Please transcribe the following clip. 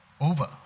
over